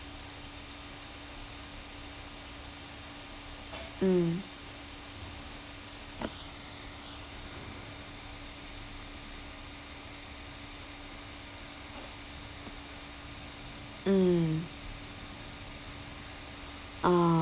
mm mm ah